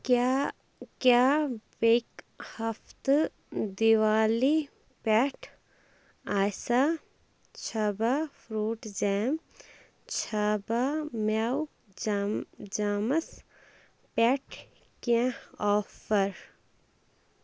کیٛاہ کیٛاہ بیٚکہِ ہفتہٕ دِوالی پٮ۪ٹھ آسیٛا چھابا فرٛوٗٹ جیم چھابا مٮ۪وٕ چَم جامس پٮ۪ٹھ کیٚنہہ آفر